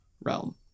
realm